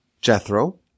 Jethro